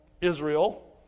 Israel